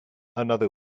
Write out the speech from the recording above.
another